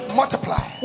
multiply